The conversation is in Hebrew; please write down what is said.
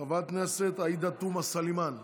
חברת הכנסת עאידה תומא סלימאן,